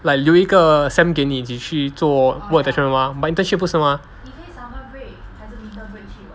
like 留一个 sem 给你去做 work attachment mah but internship 不是 mah